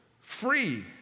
free